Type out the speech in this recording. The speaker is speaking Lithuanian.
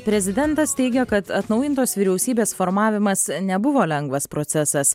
prezidentas teigia kad atnaujintos vyriausybės formavimas nebuvo lengvas procesas